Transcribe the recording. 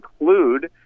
include